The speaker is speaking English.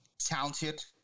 talented